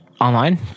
Online